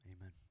Amen